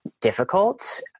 Difficult